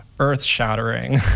earth-shattering